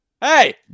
Hey